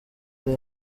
ari